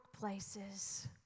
workplaces